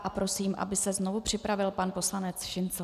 A prosím, aby se znovu připravil pan poslanec Šincl.